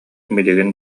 билигин